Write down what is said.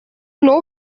know